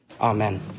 amen